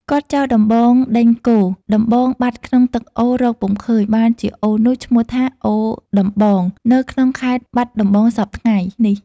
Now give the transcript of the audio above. គាត់ចោលដំបងដេញគោ ដំបងបាត់ក្នុងទឹកអូររកពុំឃើញ បានជាអូរនោះឈ្មោះថា "អូរដំបង" នៅក្នុងខេត្តបាត់ដំបងសព្វថៃ្ងនេះ ។